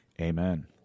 Amen